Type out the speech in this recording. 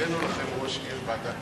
הבאנו לכם ראש עיר, ועדה קרואה,